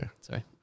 Sorry